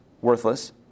Worthless